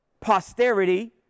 posterity